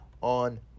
on